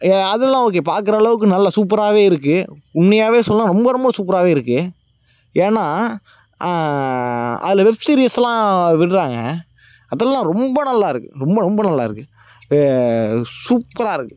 அதெலாம் ஓகே பார்க்குற அளவுக்கு நல்ல சூப்பராகவே இருக்குது உண்மையாகவே சொன்னால் ரொம்ப ரொம்ப சூப்பராகவே இருக்குது ஏனால் அதில் வெப்சீரிஸ்லாம் விடுறாங்க அதெல்லாம் ரொம்ப நல்லாயிருக்கு ரொம்ப ரொம்ப நல்லாயிருக்குது இப்போ சூப்பராக இருக்கு